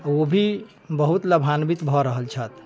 ओ भी बहुत लाभान्वित भए रहल छथि